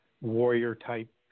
warrior-type